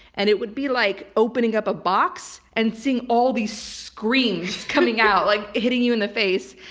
and it would be like opening up a box and seeing all these screams coming out, like hitting you in the face.